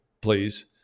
Please